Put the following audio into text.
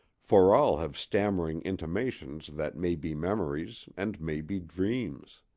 for all have stammering intimations that may be memories and may be dreams.